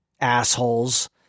assholes